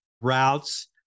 routes